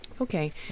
Okay